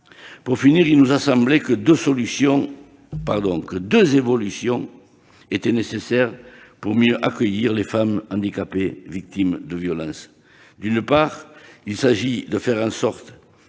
que flous. Il nous a donc semblé que deux évolutions étaient nécessaires pour mieux accueillir les femmes handicapées victimes de violences. D'une part, il s'agit de faire en sorte